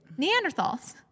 Neanderthals